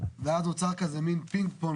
ואז נוצר כזה מן פינג פונג,